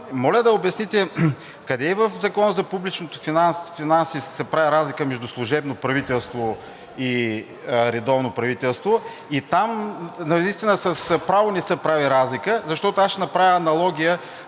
Моля да обясните къде в Закона за публичните финанси се прави разлика между служебно правителство и редовно правителство? И там наистина с право не се прави разлика, защото аз ще направя аналогия